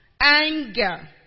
anger